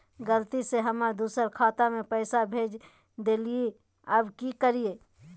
गलती से हम दुसर के खाता में पैसा भेज देलियेई, अब की करियई?